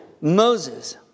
Moses